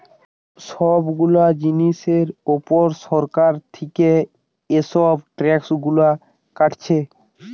সব গুলা জিনিসের উপর সরকার থিকে এসব ট্যাক্স গুলা কাটছে